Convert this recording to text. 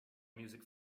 music